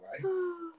right